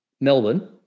Melbourne